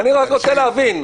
אני רוצה להבין,